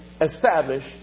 establish